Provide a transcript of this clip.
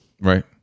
Right